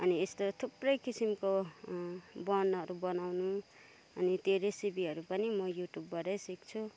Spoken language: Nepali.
अनि यस्तो थुप्रै किसिमको बनहरू बनाउनु अनि त्यो रेसिपीहरू पनि म युट्युबबाटै सिक्छु